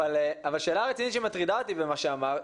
אבל שאלה רצינית שמטרידה אותי במה שאמרת,